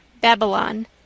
Babylon